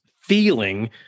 feeling